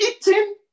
eating